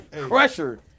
Crusher